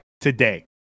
today